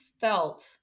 felt